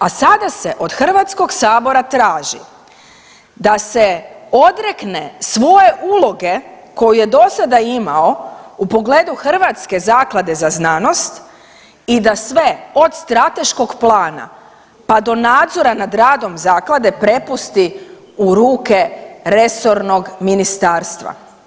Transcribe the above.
A sada se od Hrvatskog sabora traži da se odrekne svoje uloge koju je dosada imao u pogledu Hrvatske zaklade za znanost i da sve od strateškog plana pa do nadzora nad radom zaklade prepusti u ruke resornog ministarstva.